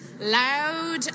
loud